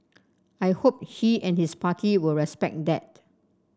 I hope he and his party will respect that